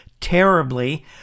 terribly